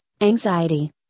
anxiety